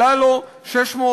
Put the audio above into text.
עלה לו 693